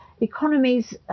economies